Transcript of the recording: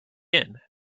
begin